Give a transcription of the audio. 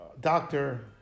doctor